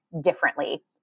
differently